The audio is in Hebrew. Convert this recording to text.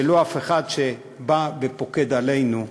ולא אף אחד שבא ופוקד עלינו דברים.